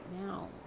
now